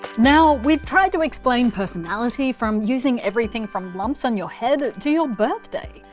now, we've tried to explain personality from using everything from lumps on your head to your birthday.